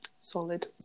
Solid